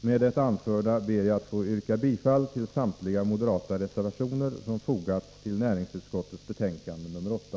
Med det anförda ber jag att få yrka bifall till samtliga moderata reservationer som fogats till näringsutskottets betänkande nr 8.